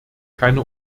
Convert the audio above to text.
keine